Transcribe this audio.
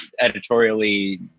editorially